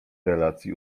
relacji